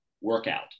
workout